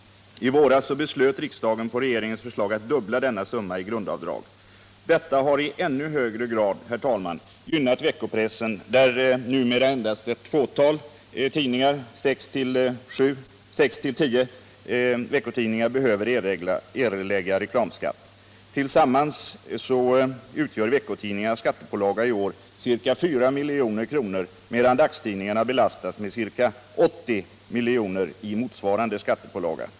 I våras beslöt riksdagen på regeringens förslag att dubbla denna summa i grundavdrag. Detta har i ännu högre grad gynnat veckopressen, där numera endast ett fåtal — sex till tio — veckotidningar behöver erlägga reklamskatt. Tillsammans utgör veckotidningarnas skattepålaga i år ca 4 milj.kr., medan dagstidningarna belastas med ca 80 milj. i motsvarande skattepålaga.